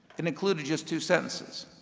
and included just two sentences.